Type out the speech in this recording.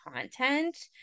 content